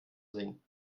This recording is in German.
singen